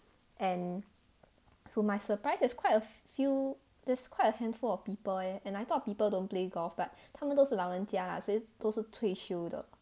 and to my surprise is quite a few there's quite a handful of people and I thought people don't play golf but 他们都是老人家啦所以都是退休的